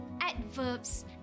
adverbs